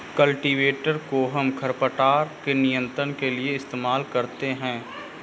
cultivator कोहम खरपतवार के नियंत्रण के लिए इस्तेमाल करते हैं